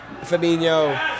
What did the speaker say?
Fabinho